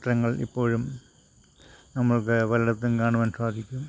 ചിത്രങ്ങൾ ഇപ്പോഴും നമ്മൾക്ക് പലയിടത്തും കാണുവാൻ സാധിക്കും